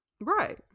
Right